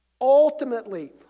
ultimately